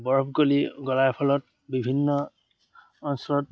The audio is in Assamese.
বৰফ গলি গলাৰ ফলত বিভিন্ন অঞ্চলত